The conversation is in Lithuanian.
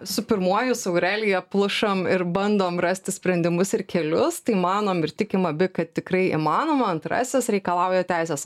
su pirmuoju su aurelija plušam ir bandom rasti sprendimus ir kelius tai manom ir tikim abi kad tikrai įmanoma antrasis reikalauja teisės